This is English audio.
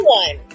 one